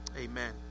amen